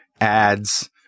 ads